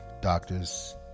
doctors